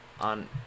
on